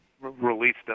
released